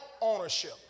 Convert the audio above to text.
ownership